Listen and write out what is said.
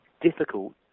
difficult